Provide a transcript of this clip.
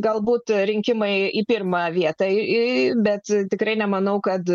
galbūt rinkimai į pirmą vietą bet tikrai nemanau kad